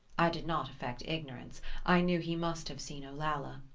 i did not affect ignorance i knew he must have seen olalla.